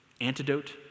antidote